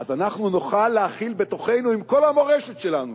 אז אנחנו נוכל להכיל בתוכנו, עם כל המורשת שלנו,